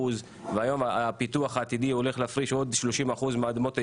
והיום הפיתוח העתידי הולך להפריש עוד 30% מאדמות היישוב.